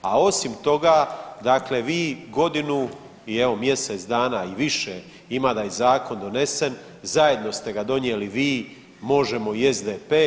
A osim toga, vi godinu i evo mjesec dana i više ima da je zakon donesen, zajedno ste ga donijeli vi, MOŽEMO i SDP.